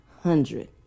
hundred